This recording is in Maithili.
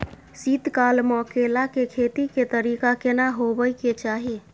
शीत काल म केला के खेती के तरीका केना होबय के चाही?